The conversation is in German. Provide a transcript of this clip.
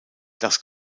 das